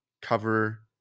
cover